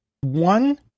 one